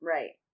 Right